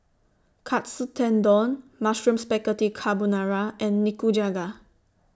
Katsu Tendon Mushroom Spaghetti Carbonara and Nikujaga